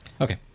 Okay